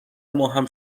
ماهم